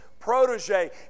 protege